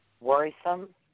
worrisome